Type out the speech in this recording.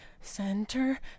Center